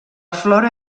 flora